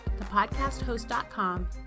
thepodcasthost.com